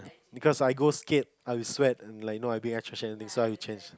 because I go skate I will sweat and like you know and everything so I will change